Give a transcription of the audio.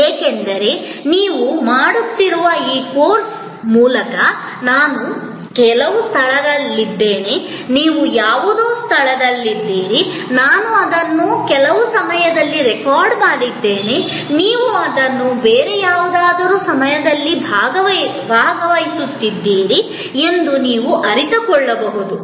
ಏಕೆಂದರೆ ನೀವು ಮಾಡುತ್ತಿರುವ ಈ ಕೋರ್ಸ್ ಮೂಲಕ ನಾನು ಕೆಲವು ಸ್ಥಳದಲ್ಲಿದ್ದೇನೆ ನೀವು ಯಾವುದೋ ಸ್ಥಳದಲ್ಲಿದ್ದೀರಿ ನಾನು ಅದನ್ನು ಕೆಲವು ಸಮಯದಲ್ಲಿ ರೆಕಾರ್ಡ್ ಮಾಡಿದ್ದೇನೆ ನೀವು ಅದನ್ನು ಬೇರೆ ಯಾವುದಾದರೂ ಸಮಯದಲ್ಲಿ ಭಾಗವಹಿಸುತ್ತಿದ್ದೀರಿ ಎಂದು ನೀವು ಅರಿತುಕೊಳ್ಳಬಹುದು